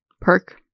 perk